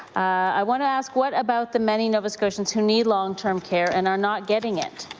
i want to ask what about the many nova scotians who need long-term care and are not getting it?